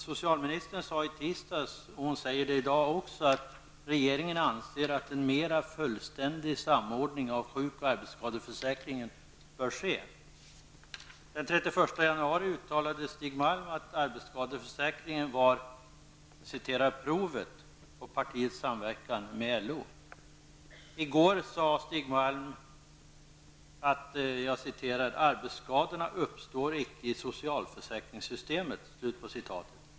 Socialministern sade i tisdags, och säger det i dag också, att regeringen anser att en mera fullständig samordning av sjuk och arbetsskadeförsäkringen bör ske. Den 31 januari uttalade Stig Malm att arbetsskadeförsäkringen var ''provet'' på partiets samverkan med LO. I går sade Stig Malm att ''arbetsskadorna uppstår icke i socialförsäkringssystemet''.